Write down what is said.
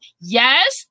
Yes